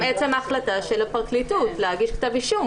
גם עצם ההחלטה של הפרקליטות להגיש כתב אישום.